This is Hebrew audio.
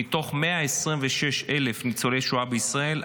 מבין 126,000 ניצולי שואה בישראל,